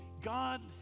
God